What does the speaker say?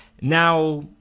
Now